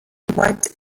wiped